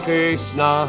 Krishna